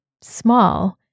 small